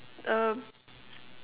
um